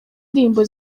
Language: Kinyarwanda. ndirimbo